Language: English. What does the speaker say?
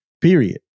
Period